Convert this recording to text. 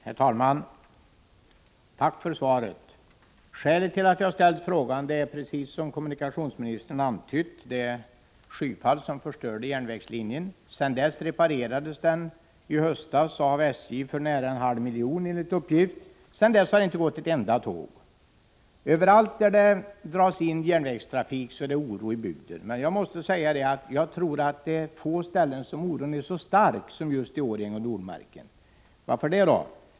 Herr talman! Tack för svaret! Skälet till att jag har ställt frågan är precis som kommunikationsministern antydde det skyfall som förstörde järnvägslinjen. Den reparerades i höstas av SJ för nära 0,5 milj.kr. enligt uppgift. Sedan dess har det inte gått ett enda tåg på linjen! Överallt där järnvägstrafik dras in blir det oro i bygden. Men jag måste säga att jag tror att det är få ställen där oron är så stark som just i Årjäng och i Nordmarken. Varför det, då?